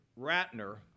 Ratner